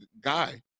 guy